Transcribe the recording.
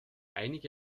einige